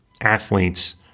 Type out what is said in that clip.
athletes